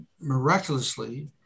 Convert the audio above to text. miraculously